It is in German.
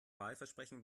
wahlversprechen